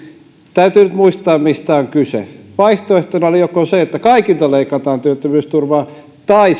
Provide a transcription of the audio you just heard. täytyy nyt muistaa mistä on kyse vaihtoehtona oli joko se että kaikilta leikataan työttömyysturvaa tai